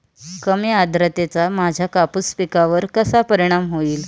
कमी आर्द्रतेचा माझ्या कापूस पिकावर कसा परिणाम होईल?